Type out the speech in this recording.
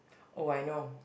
oh I know